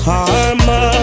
Karma